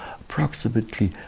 Approximately